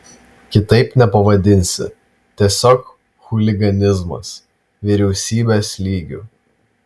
kitaip nepavadinsi tiesiog chuliganizmas vyriausybės lygiu